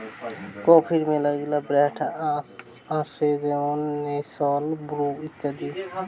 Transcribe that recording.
কফির মেলাগিলা ব্র্যান্ড আসে যেমন নেসলে, ব্রু ইত্যাদি